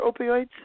opioids